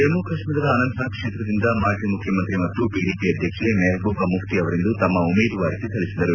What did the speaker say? ಜಮ್ನು ಕಾಶ್ನೀರದ ಅನಂತನಾಗ್ ಕ್ಷೇತ್ರದಿಂದ ಮಾಜಿ ಮುಖ್ಯಮಂತ್ರಿ ಮತ್ತು ಪಿಡಿಪಿ ಅಧ್ಯಕ್ಷೆ ಮೆಹಬೂಬ ಮುಖ್ಯ ಅವರಿಂದು ತಮ್ನ ಉಮೇದುವಾರಿಕೆ ಸಲ್ಲಿಸಿದರು